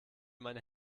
meine